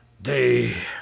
They